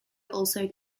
also